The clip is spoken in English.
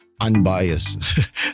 unbiased